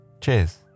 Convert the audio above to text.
Cheers